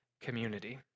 community